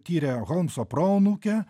tiria holmso proanūkė